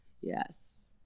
Yes